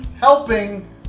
helping